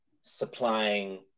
supplying